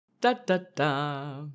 Da-da-da